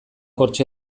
hortxe